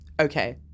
okay